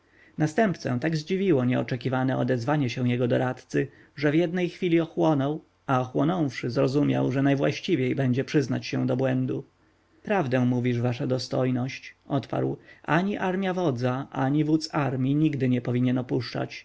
następcę tak zdziwiło nieoczekiwane odezwanie się jego doradcy że w jednej chwili ochłonął a ochłonąwszy zrozumiał że najwłaściwiej będzie przyznać się do błędu prawdę mówisz wasza dostojność odparł ani armja wodza ani wódz armji nigdy nie powinien opuszczać